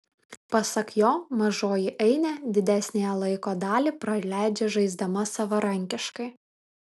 pasak jo mažoji ainė didesniąją laiko dalį praleidžia žaisdama savarankiškai